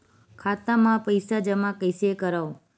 खाता म पईसा जमा कइसे करव?